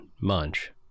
munch